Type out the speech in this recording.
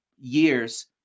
years